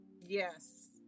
yes